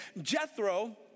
Jethro